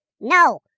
No